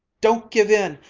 don't give in!